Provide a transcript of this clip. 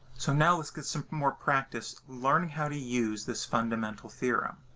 so now, let's get some more practice learning how to use this fundamental theorem.